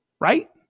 right